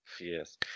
Yes